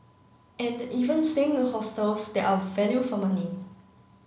and even staying in hostels that are value for money